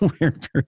weird